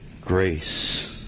grace